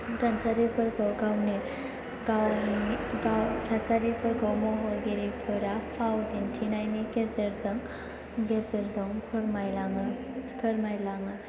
थासारिफोरखौ गावनि थासारिफोरखौ महरगिरिफोरा फाव दिन्थिनायनि गेजेरजों फोरमायलाङो